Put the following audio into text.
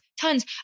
Tons